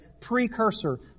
precursor